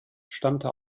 stammte